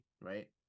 right